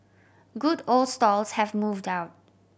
good old stalls have moved out